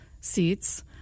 seats